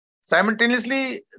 Simultaneously